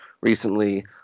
recently